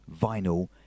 vinyl